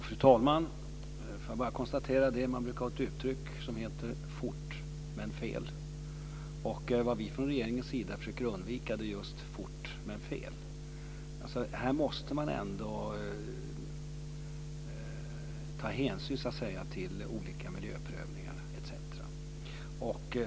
Fru talman! Det finns ett uttryck som lyder: Fort, men fel. Vad vi från regeringens sida försöker undvika är just fort, men fel. Här måste man ta hänsyn till olika miljöprövningar etc.